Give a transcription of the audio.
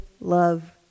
love